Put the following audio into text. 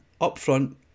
upfront